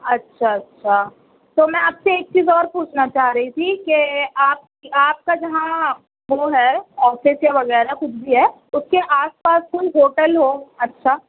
اچھا اچھا تو میں آپ سے ایک چیز اور پوچھنا چاہ رہی تھی کہ آپ کے آپ کا جہاں وہ ہے آفس یا وغیرہ کچھ بھی ہے اس کے آس پاس کوئی ہوٹل ہو اچھا